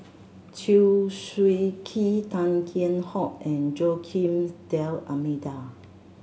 Chew Swee Kee Tan Kheam Hock and Joaquim D'Almeida